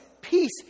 peace